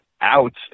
out